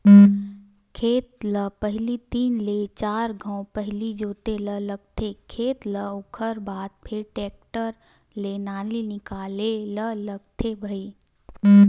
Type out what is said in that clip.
खेत ल पहिली तीन ले चार घांव पहिली जोते ल लगथे खेत ल ओखर बाद फेर टेक्टर ले नाली निकाले ल लगथे भई